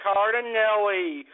Cardinelli